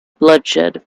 bloodshed